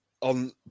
on